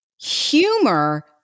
humor